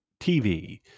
TV